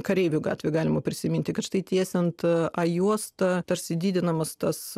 kareivių gatvę galima prisiminti kad štai tiesiant a juostą tarsi didinamas tas